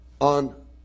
on